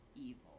evil